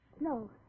No